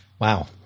Wow